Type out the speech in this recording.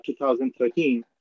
2013